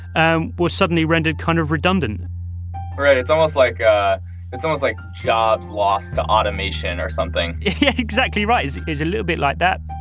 um were suddenly rendered kind of redundant right. it's almost like ah it's almost like jobs lost to automation or something yeah, exactly right! it's a little bit like that.